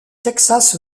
texas